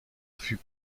fut